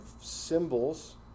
symbols